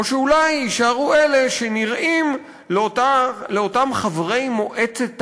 או שאולי יישארו אלה שנראים לאותם חברי מועצת תאגיד,